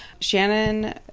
shannon